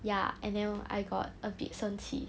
ya and then I got a bit 生气